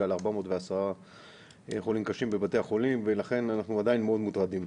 על 410 חולים קשים בבתי החולים ולכן אנחנו עדיין מאוד מוטרדים.